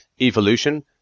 evolution –